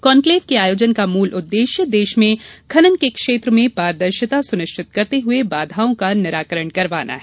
conclave के आयोजन का मूल उद्देश्य देश में खनन के क्षेत्र में पारदर्शिता सुनिश्चित करते हुए बाघाओं का निराकरण करवाना है